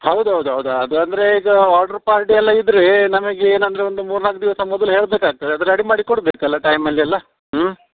ಹೌದೌದು ಹೌದು ಅದು ಅಂದರೆ ಈಗ ಆರ್ಡ್ರ್ ಪಾರ್ಟಿಯೆಲ್ಲ ಇದ್ರೆ ನಮಗೆ ಏನೆಂದ್ರೆ ಒಂದು ಮೂರ್ನಾಲ್ಕು ದಿವಸ ಮೊದ್ಲು ಹೇಳಬೇಕಾಗ್ತದೆ ಅದು ರೆಡಿ ಮಾಡಿ ಕೊಡಬೇಕಲ್ಲ ಟೈಮಲೆಲ್ಲ ಹ್ಞೂ